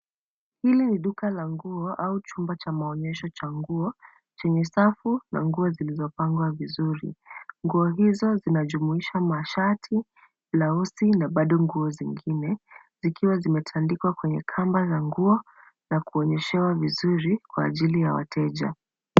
Hili ni duka la nguo au chumba cha maoonyesho cha nguo chenye safu na nguo zilizopangwa vizuri. Nguo hizo zinajumuisha mashati, blausi na bado nguo zingine zikiwa zimetandikwa kwenye kamba la nguo na kuonyeshewa vizuri kwa ajili ya wateja.